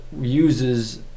uses